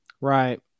Right